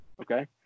Okay